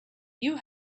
you